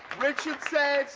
richard say